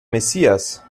messias